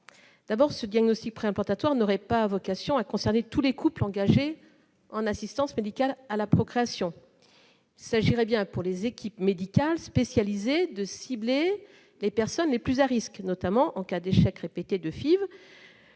D'abord, ce diagnostic préimplantatoire n'aurait pas vocation à concerner tous les couples engagés dans une assistance médicale à la procréation. Il s'agirait pour les équipes médicales spécialisées de cibler les femmes les plus à risques, notamment en cas d'échecs répétés de FIV